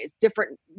different